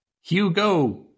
Hugo